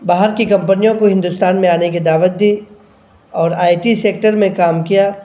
باہر کی کمپنیوں کو ہندوستان میں آنے کی دعوت دی اور آئی ٹی سیکٹر میں کام کیا